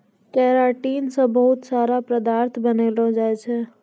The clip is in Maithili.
केराटिन से बहुत सारा पदार्थ बनलो जाय छै